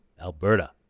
Alberta